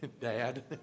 Dad